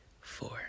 four